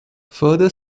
further